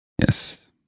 Yes